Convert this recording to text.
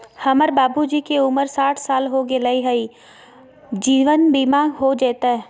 हमर बाबूजी के उमर साठ साल हो गैलई ह, जीवन बीमा हो जैतई?